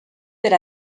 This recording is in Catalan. per